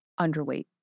underweight